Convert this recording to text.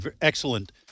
excellent